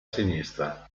sinistra